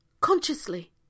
consciously